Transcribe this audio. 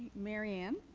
marianne?